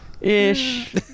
ish